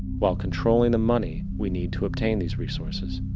while controlling the money we need to obtain these resources.